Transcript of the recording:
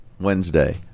Wednesday